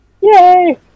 Yay